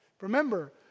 Remember